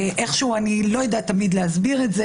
אני לא יודעת תמיד להסביר את זה